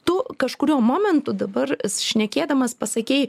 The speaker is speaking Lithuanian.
tu kažkuriuo momentu dabar šnekėdamas pasakei